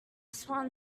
swan